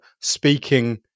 speaking